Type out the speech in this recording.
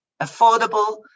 affordable